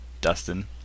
Dustin